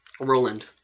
Roland